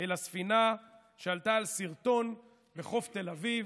אל הספינה שעלתה על שרטון בחוף תל אביב.